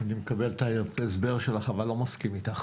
אני מקבל את ההסבר שלך אבל לא מסכים איתך,